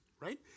right